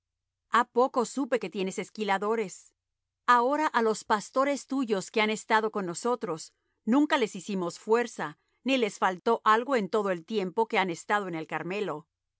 ha poco supe que tienes esquiladores ahora á los pastores tuyos que han estado con nosotros nunca les hicimos fuerza ni les faltó algo en todo el tiempo que han estado en el carmelo